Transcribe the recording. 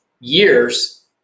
years